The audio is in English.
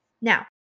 Now